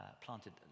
planted